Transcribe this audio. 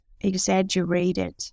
exaggerated